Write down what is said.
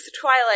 Twilight